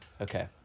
Okay